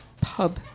pub